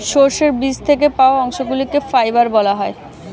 সর্ষের বীজ থেকে পাওয়া অংশগুলিকে ফাইবার বলা হয়